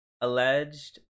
alleged